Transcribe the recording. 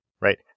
right